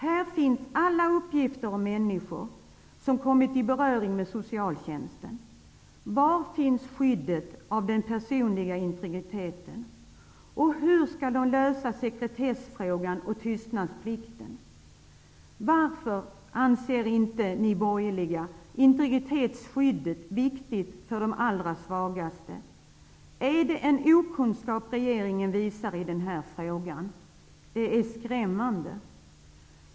Här finns alla uppgifter om människor som har kommit i beröring med socialtjänsten. Var finns skyddet av den personliga integriteten? Hur skall frågan om sekretess och tystnadsplikt lösas? Varför anser inte ni borgerliga att integritetsskyddet är viktigt för de allra svagaste? Är det bristande kunskap som regeringen visar i denna fråga? Det är skrämmande.